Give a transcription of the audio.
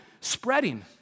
Spreading